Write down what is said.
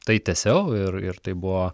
tai tęsiau ir ir tai buvo